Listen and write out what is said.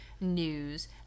news